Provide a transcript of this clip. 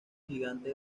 gigante